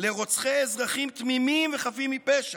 לרוצחי אזרחים תמימים וחפים מפשע.